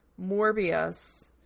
Morbius